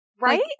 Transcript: Right